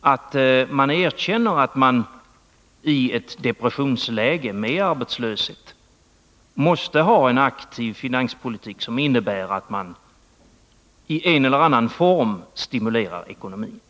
att man erkänner att man i ett depressionsläge med arbetslöshet måste ha en aktiv finanspolitik, som innebär att man i en eller annan form stimulerar ekonomin?